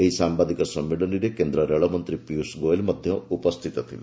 ଏହି ସାମ୍ବାଦିକ ସମ୍ମିଳନୀରେ କେନ୍ଦ୍ର ରେଳ ମନ୍ତ୍ରୀ ପୀୟଷ ଗୋଏଲ୍ ମଧ୍ୟ ଉପସ୍ଥିତ ଥିଲେ